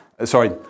Sorry